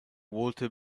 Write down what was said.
walter